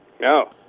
No